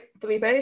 Felipe